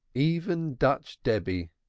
even dutch debby,